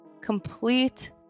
complete